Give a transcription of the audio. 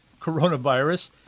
coronavirus